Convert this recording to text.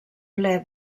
ple